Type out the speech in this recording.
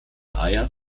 eier